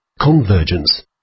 Convergence